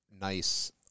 nice